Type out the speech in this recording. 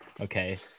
Okay